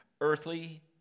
earthly